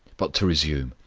but to resume.